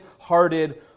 hearted